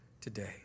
today